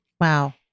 Wow